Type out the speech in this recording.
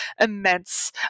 immense